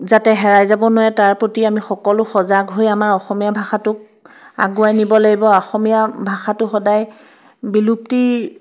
যাতে হেৰাই যাব নোৱাৰে তাৰ প্ৰতি আমি সকলো সজাগ হৈ আমাৰ অসমীয়া ভাষাটোক আগুৱাই নিব লাগিব অসমীয়া ভাষাটো সদাই বিলুপ্তি